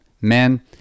Men